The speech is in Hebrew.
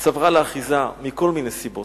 צברה לה אחיזה מכל מיני סיבות.